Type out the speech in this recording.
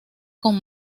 con